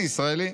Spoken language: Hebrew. אני ישראלי!